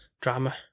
Drama